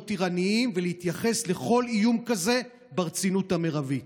להיות ערניים ולהתייחס לכל איום כזה ברצינות המרבית.